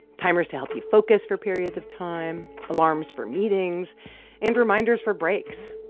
timers to help you focus for periods of time, alarms for meetings and reminders for breaks.